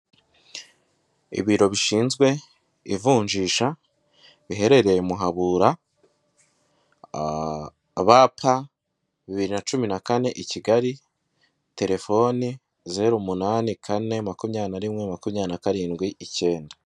Ibiro bishinzwe ivunjisha, biherereye Muhabura, BP bibiri na cumi na kane i Kigali, terefoni zeru umunani kane, makumyabiri na rimwe, makumyabiri na karindwi, icyenda.